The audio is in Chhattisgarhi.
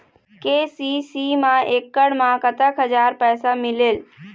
के.सी.सी मा एकड़ मा कतक हजार पैसा मिलेल?